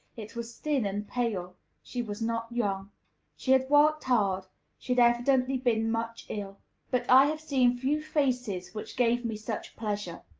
it was thin, and pale she was not young she had worked hard she had evidently been much ill but i have seen few faces which gave me such pleasure.